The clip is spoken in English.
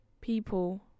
People